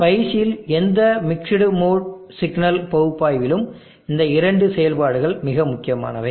ஸ்பைசில் எந்த mixed mode signal பகுப்பாய்விலும் இந்த இரண்டு செயல்பாடுகள் மிக முக்கியமானவை